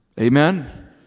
amen